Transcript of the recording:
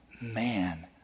Man